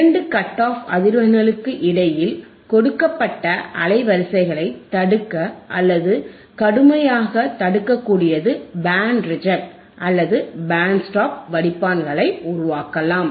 இரண்டு cut off அதிர்வெண்களுக்கு இடையில் கொடுக்கப்பட்ட அலைவரிசைகளைத் தடுக்க அல்லது கடுமையாகத் தடுக்கக்கூடியது பேண்ட் ரிஜெக்ட் அல்லது பேண்ட் ஸ்டாப் வடிப்பான்களை உருவாக்கலாம்